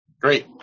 Great